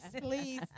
Please